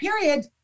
period